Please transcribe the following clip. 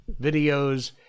videos